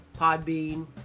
Podbean